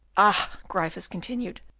ah! gryphus continued,